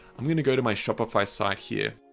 i'm going to go to my shopify site here.